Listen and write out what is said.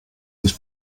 sich